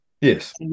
yes